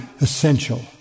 essential